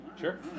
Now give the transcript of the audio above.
sure